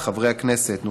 חברי הכנסת מטעם ועדת החוקה,